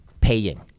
Paying